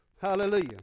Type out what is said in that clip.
Hallelujah